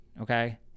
Okay